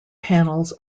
panels